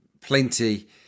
Plenty